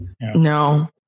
No